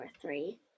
three